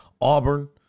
Auburn